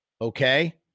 okay